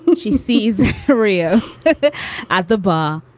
and she sees maria at the bar.